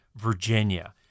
Virginia